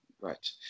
Right